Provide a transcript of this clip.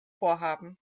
vorhaben